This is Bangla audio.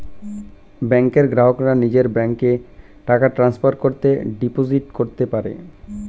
ব্যাংকের গ্রাহকরা নিজের ব্যাংকে টাকা ট্রান্সফার করে ডিপোজিট করতে পারে